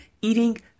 eating